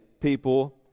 people